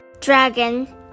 dragon